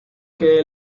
queda